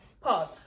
pause